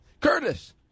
Curtis